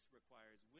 requires